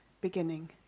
beginning